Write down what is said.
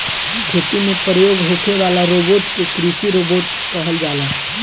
खेती में प्रयोग होखे वाला रोबोट के कृषि रोबोट कहल जाला